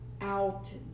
out